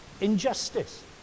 injustice